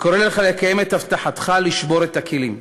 וקורא לך לקיים את הבטחתך לשבור את הכלים.